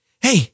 Hey